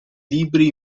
libri